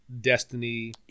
Destiny